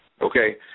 okay